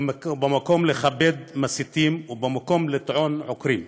ובמקום לכבד מסיתים, ובמקום לטעת עוקרים?